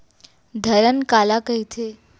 धरण काला कहिथे?